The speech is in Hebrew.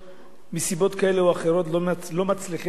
מסיבות כאלו ואחרות, לא מצליחות ליישם אותו.